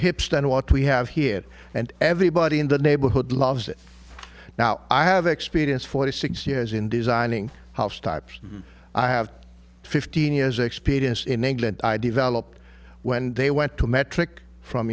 hips than what we have here and everybody in the neighborhood loves it now i have experience forty six years in designing house types i have fifteen years experience in england i developed when they went to metric from